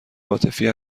عاطفی